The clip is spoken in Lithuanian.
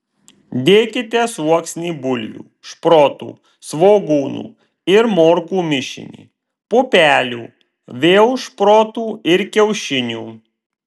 dėkite sluoksnį bulvių šprotų svogūnų ir morkų mišinį pupelių vėl šprotų ir kiaušinių